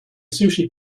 sushi